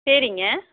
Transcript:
சரிங்க